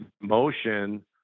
motion